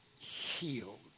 healed